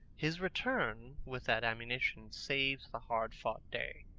his return with that ammunition saves the hard-fought day.